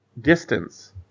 distance